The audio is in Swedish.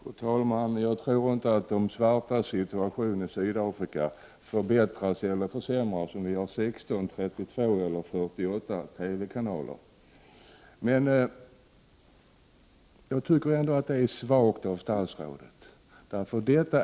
Fru talman! Jag tror inte att de svartas situation i Sydafrika vare sig förbättras eller försämras om vi har 16, 32 eller 48 TV-kanaler. Jag tycker det är svagt av statsrådet att inte svara.